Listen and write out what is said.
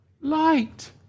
light